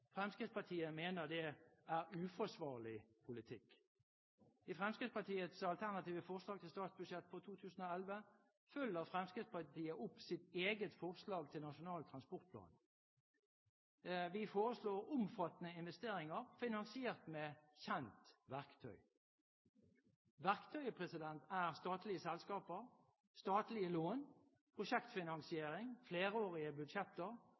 Fremskrittspartiet mener det er uforsvarlig politikk. I Fremskrittspartiets alternative forslag til statsbudsjett for 2011 følger Fremskrittspartiet opp sitt eget forslag til Nasjonal transportplan. Vi foreslår omfattende investeringer finansiert med kjent verktøy. Verktøyet er statlige selskaper, statlige lån, prosjektfinansiering, flerårige budsjetter,